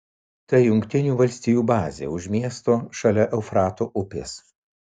tai jungtinių valstijų bazė už miesto šalia eufrato upės